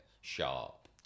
sharp